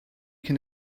can